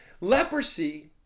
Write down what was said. Leprosy